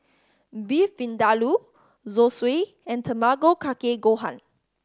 Beef Vindaloo Zosui and Tamago Kake Gohan